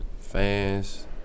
Fans